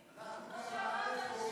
כמו שאמרת,